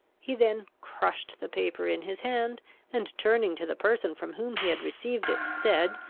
he then crushed the paper in his hand and, turning to the person from whom he had received it, said,